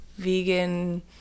vegan